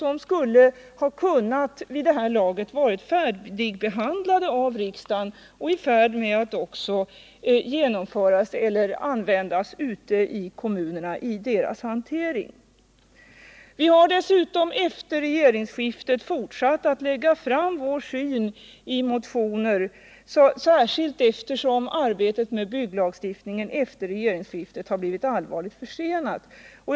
De skulle vid det här laget ha kunnat vara färdigbehandlade av riksdagen och redan praktiseras ute i kommunerna. Efter regeringsskiftet har vi fortsatt att lägga fram vår syn i motioner, eftersom arbetet med bygglagstiftningen har blivit allvarligt försenat efter regeringsskiftet.